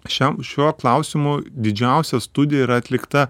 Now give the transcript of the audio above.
šiam šiuo klausimu didžiausia studija yra atlikta